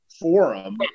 Forum